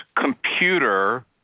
computer